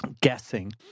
guessing